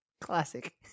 Classic